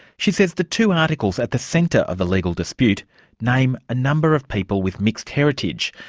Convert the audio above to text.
she says the two articles at the centre of the legal dispute name a number of people with mixed heritage,